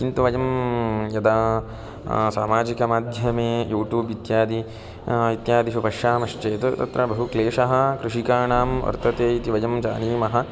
किन्तु वयं यदा सामाजिकमाध्यमे यूटूबित्यादि इत्यादिषु पश्यामश्चेत् तत्र बहु क्लेशः कृषिकाणां वर्तते इति वयं जानीमः